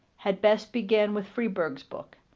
had best begin with freeburg's book,